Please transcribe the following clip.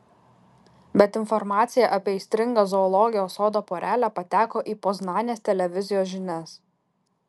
bet informacija apie aistringą zoologijos sodo porelę pateko į poznanės televizijos žinias